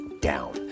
down